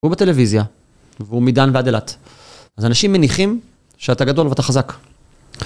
הוא בטלוויזיה, והוא מדן ועד אילת. אז אנשים מניחים שאתה גדול ואתה חזק.